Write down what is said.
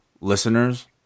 listeners